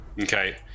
okay